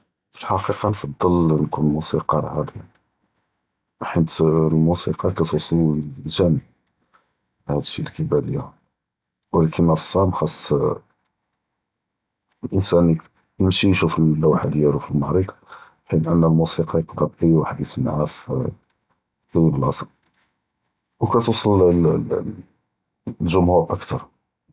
פי אלחקיקה נפדל נכון מוסיקאר עצ’ים, בחית אלמוסיקאר כתיווסל ג’אם האד שי כאיבאן ליהא, ו לאכן, אלרסאם ח’ס לאנסאן ימשי ישוף אללוח’ה דיאלו פי אלמע’רב, בחית ענדנא אלמוסיקא יבקא אִי וחד יסמעהא פי אִי בלאצה, ו כתווסל לל